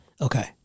Okay